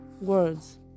words